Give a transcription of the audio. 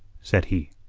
said he,